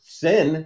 sin